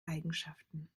eigenschaften